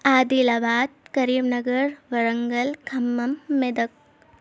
عادل آباد کریم نگر وارنگل کھمم میدک